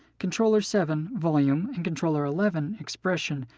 controller seven, volume, and controller eleven, expression,